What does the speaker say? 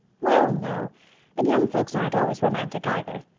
well, no but young folks aren't always romantic either.